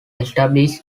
establish